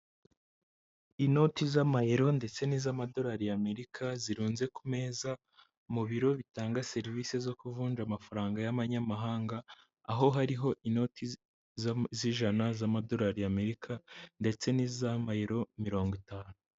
Inoti z'amayero ndetse n'iz'amadolari y'Amerika zirunze ku meza, mu biro bitanga serivisi zo kuvunja amafaranga y'amanyamahanga, aho hariho inoti z'ijana z'amadolari y'Amerika ndetse n'iz'Amayero mirongo itanu.